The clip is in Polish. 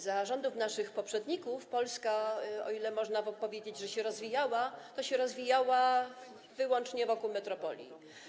Za rządów naszych poprzedników Polska, o ile można powiedzieć, że się rozwijała, rozwijała się wyłącznie wokół metropolii.